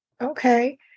Okay